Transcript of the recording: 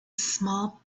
small